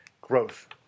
growth